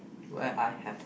where I have